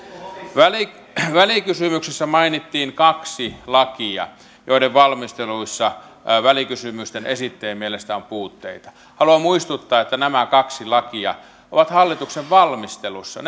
välikysymyksessä mainittiin kaksi lakia joiden valmisteluissa välikysymyksen esittäjien mielestä on puutteita haluan muistuttaa että nämä kaksi lakia ovat hallituksen valmistelussa